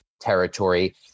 territory